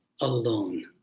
alone